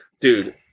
Dude